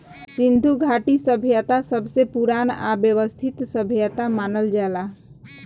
सिन्धु घाटी सभ्यता सबसे पुरान आ वयवस्थित सभ्यता मानल जाला